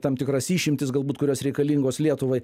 tam tikras išimtis galbūt kurios reikalingos lietuvai